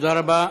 תודה רבה.